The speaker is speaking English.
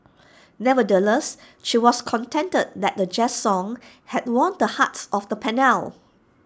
nonetheless she was contented that A jazz song had won the hearts of the panel